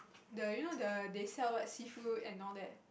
the you know the they sell what seafood and all that